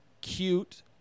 cute